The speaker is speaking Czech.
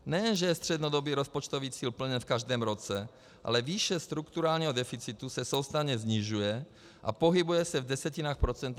Nejen že je střednědobý rozpočtový cíl plněn v každém roce, ale výše strukturálního deficitu se soustavně snižuje a pohybuje se v desetinách procenta HDP.